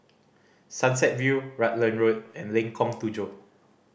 Sunset View Rutland Road and Lengkong Tujuh